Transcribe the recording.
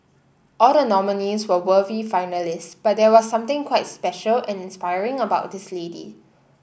all the nominees were worthy finalist but there was something quite special and inspiring about this lady